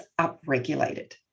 upregulated